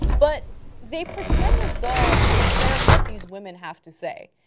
but they pretend as though they care what these women have to say.